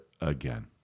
again